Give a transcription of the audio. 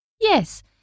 Yes